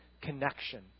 connection